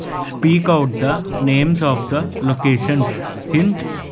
speak out the names of the locations hint